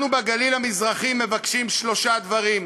אנחנו בגליל המזרחי מבקשים שלושה דברים: